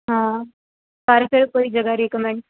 ਹਾਂ ਕਰ ਫਿਰ ਕੋਈ ਜਗ੍ਹਾ ਰਿਕਮੈਂਡ